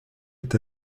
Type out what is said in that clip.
est